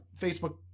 Facebook